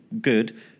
good